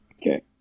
Okay